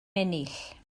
ennill